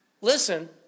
listen